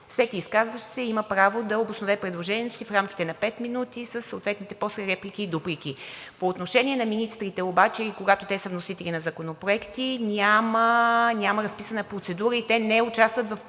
всеки изказващ се има право да обоснове предложението си в рамките на пет минути със съответните после реплики и дуплики. По отношение на министрите обаче и когато те са вносители на законопроекти, няма разписана процедура и те не участват в процедурата